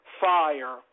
fire